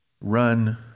run